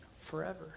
forever